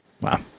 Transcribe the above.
Wow